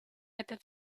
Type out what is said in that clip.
это